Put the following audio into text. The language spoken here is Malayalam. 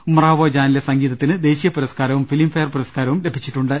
ഉമ്രാവോ ജാനിലെ സംഗീതത്തിന് ദേശീയ പുരസ്കാരവും ഫിലിം ഫെയർ പുരസ്കാരവും ലഭിച്ചിട്ടുണ്ട്